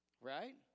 right